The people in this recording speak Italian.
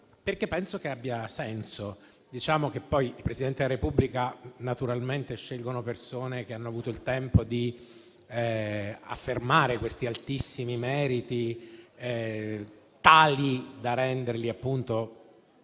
perché penso che abbia senso. I Presidenti della Repubblica naturalmente scelgono persone che hanno avuto il tempo di affermare questi altissimi meriti, tali da renderli appunto